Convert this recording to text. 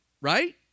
right